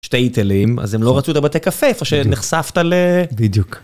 שטייטלים, אז הם לא רצו את הבתי קפה איפה שנחשפת ל... בדיוק.